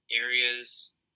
areas